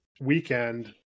weekend